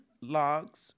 logs